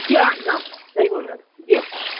جی ہاں جی ہاں صحیح بول رہے ہو جی ہاں